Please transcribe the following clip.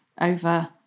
over